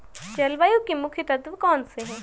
जलवायु के मुख्य तत्व कौनसे हैं?